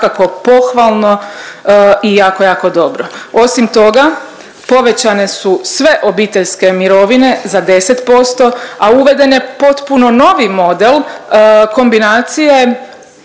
pohvalno i jako, jako dobro. Osim toga, povećane su sve obiteljske mirovine za 10%, a uveden je potpuno novi model kombinacije